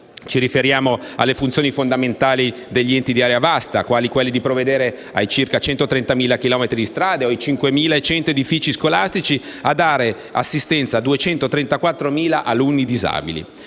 Ci riferiamo alle funzioni fondamentali degli enti di area vasta, quali quella di provvedere ai circa 130.000 chilometri di strade o ai 5.100 edifici scolastici o dare assistenza ai 234.000 alunni disabili.